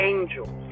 Angels